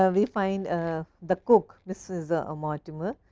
ah we find ah the cook. this is ah um ah um ah